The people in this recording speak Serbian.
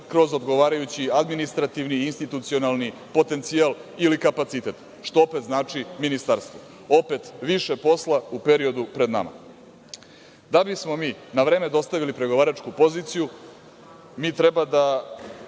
kroz odgovarajući administrativni i institucionalni potencijal ili kapacitet, što opet znači ministarstvo. Opet, više posla u periodu pred nama. Da bismo mi na vreme dostavili pregovaračku poziciju, mi treba da